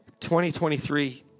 2023